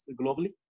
globally